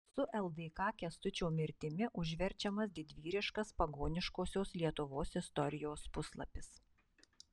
su ldk kęstučio mirtimi užverčiamas didvyriškas pagoniškosios lietuvos istorijos puslapis